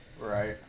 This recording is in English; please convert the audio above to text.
Right